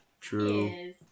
True